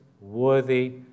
worthy